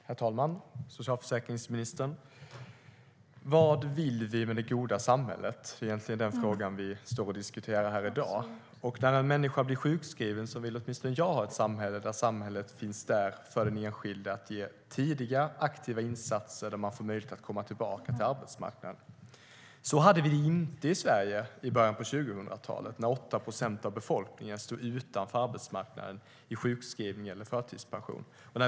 Herr talman! Socialförsäkringsministern! Vad vill vi med det goda samhället? Det är egentligen den frågan vi diskuterar här i dag. När en människa blir sjukskriven vill åtminstone jag ha ett samhälle som finns där för den enskilde och ger tidiga aktiva insatser så att man får möjlighet att komma tillbaka till arbetsmarknaden. Så hade vi det inte i Sverige i början av 2000-talet, när 8 procent av befolkningen stod utanför arbetsmarknaden, i sjukskrivning eller förtidspension.